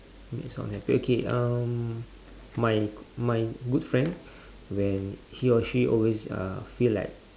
make someone happ~ okay um my g~ my good friend when he or she always uh feel like